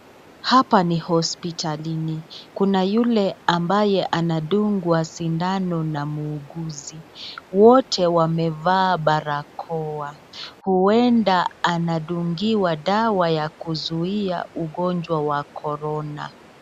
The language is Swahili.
Hapa ni hospitalini, kuna yule ambaye anadungwa sindano na muuguzi. Wote wamevaa barakoa, huenda anadungiwa dawa ya kuzuia ugonjwa wa korona.